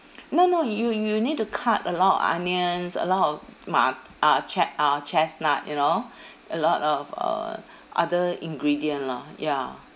no no you you need to cut a lot of onions a lot of ma~ uh che~ uh chestnut you know a lot of uh other ingredient lor ya